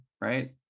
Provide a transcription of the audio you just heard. right